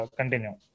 continue